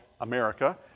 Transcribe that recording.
America